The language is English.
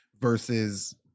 versus